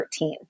13